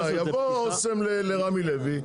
יבוא אוסם לרמי לוי,